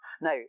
Now